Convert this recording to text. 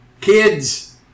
Kids